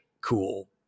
cool